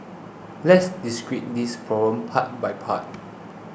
let's discreet this prom part by part